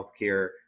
healthcare